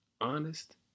honest